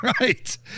right